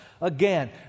again